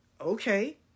Okay